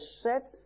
set